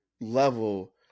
level